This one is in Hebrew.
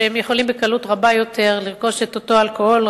שיכולים בקלות רבה יותר לרכוש את אותו אלכוהול,